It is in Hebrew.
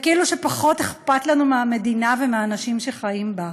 וכאילו שפחות אכפת לנו מהמדינה ומהאנשים שחיים בה.